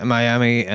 Miami